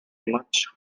much